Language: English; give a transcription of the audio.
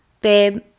Babe